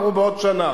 אמרו: בעוד שנה.